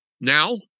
Now